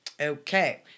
Okay